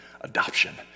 adoption